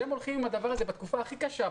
שהם הולכים עם הדבר הזה בתקופה הכי קשה,